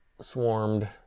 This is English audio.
swarmed